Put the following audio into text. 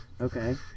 Okay